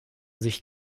sich